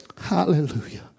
Hallelujah